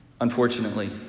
unfortunately